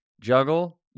Juggle